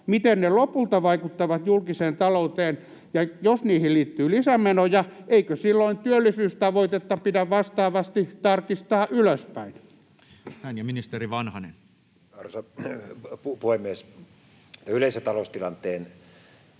miten ne lopulta vaikuttavat julkiseen talouteen? Ja jos niihin liittyy lisämenoja, eikö silloin työllisyystavoitetta pidä vastaavasti tarkistaa ylöspäin? Edustaja Vartiainen, laittakaa